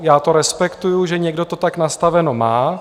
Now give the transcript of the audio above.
Já to respektuji, že někdo to tak nastaveno má.